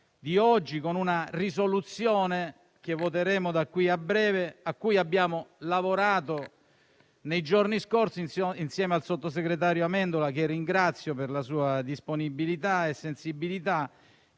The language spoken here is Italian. di oggi, con una risoluzione, che voteremo da qui a breve, a cui abbiamo lavorato nei giorni scorsi insieme al sottosegretario Amendola, che ringrazio per la sua disponibilità e sensibilità,